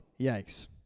Yikes